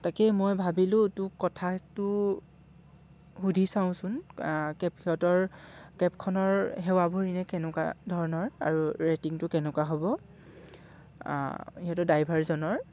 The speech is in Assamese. তাকেই মই ভাবিলোঁ তোক কথাটো সুধি চাওঁচোন কেব সিহঁতৰ কেবখনৰ সেৱাবোৰ এনে কেনেকুৱা ধৰণৰ আৰু ৰেটিংটো কেনেকুৱা হ'ব সিহঁতৰ ড্ৰাইভাৰজনৰ